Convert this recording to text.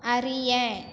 அறிய